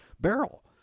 barrel